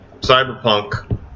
Cyberpunk